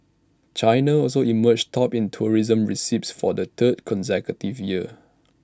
China also emerged top in tourism receipts for the third consecutive year